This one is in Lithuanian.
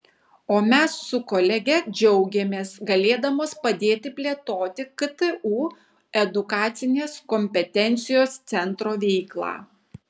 o mes su kolege džiaugiamės galėdamos padėti plėtoti ktu edukacinės kompetencijos centro veiklą